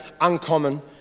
uncommon